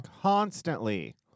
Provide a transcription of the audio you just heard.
Constantly